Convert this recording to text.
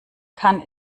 kann